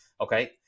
Okay